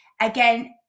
again